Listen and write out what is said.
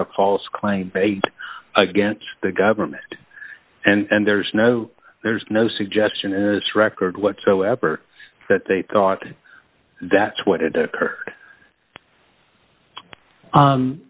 of false claim against the government and there's no there's no suggestion is record whatsoever that they thought that's what it